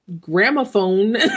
gramophone